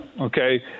okay